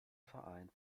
verein